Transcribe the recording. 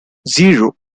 zero